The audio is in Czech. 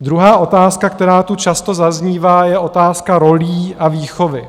Druhá otázka, která tu často zaznívá, je otázka rolí a výchovy.